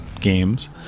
games